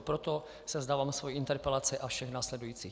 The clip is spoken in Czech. Proto se vzdávám svojí interpelace a všech následujících.